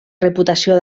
reputació